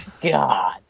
god